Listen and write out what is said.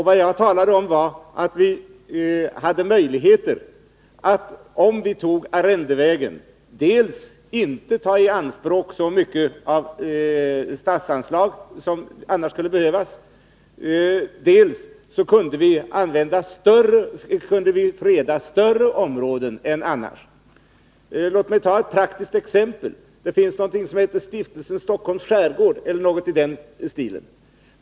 Vad jag sade var att vi, om vi väljer arrendevägen, har möjlighet att dels inte ta i anspråk så mycket statsanslag som annars skulle behövas, dels freda större områden än i annat fall. Låt mig ta ett praktiskt exempel. Det finns någonting som heter Stiftelsen Stockholms skärgård.